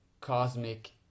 cosmic